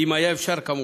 אם היה אפשר, כמובן.